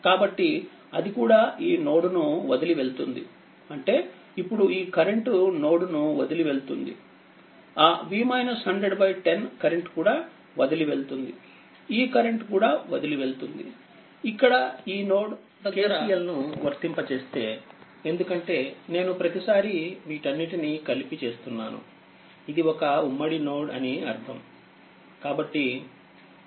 కాబట్టిఅది కూడా ఈ నోడ్ ను వదిలి వెళ్తుందిఅంటే ఇప్పుడు ఈ కరెంట్ నోడ్ ను వదిలి వెళ్తుంది ఆ10 కరెంట్ కూడా వదిలి వెళ్తుందిఈ కరెంట్ కూడా వదిలి వెళ్తుంది ఇక్కడ ఈ నోడ్ దగ్గర KCL ను వర్తింపజేస్తే ఎందుకంటేనేను ప్రతిసారి వీటన్నిటిని కలిపి చేస్తున్నాను ఇది ఒక ఉమ్మడి నోడ్ అని అర్థం